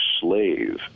slave